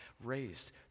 raised